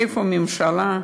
איפה הממשלה?